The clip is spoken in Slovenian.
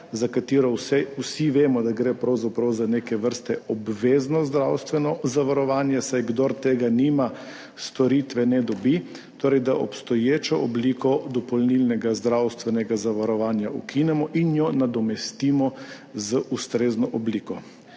za katero vsi vemo, da gre pravzaprav za neke vrste obvezno zdravstveno zavarovanje, saj kdor tega nima, storitve ne dobi, torej da obstoječo obliko dopolnilnega zdravstvenega zavarovanja ukinemo in jo nadomestimo z ustrezno obliko.